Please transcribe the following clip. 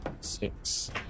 six